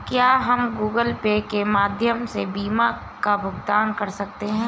क्या हम Google Pay के माध्यम से बीमा का भुगतान कर सकते हैं?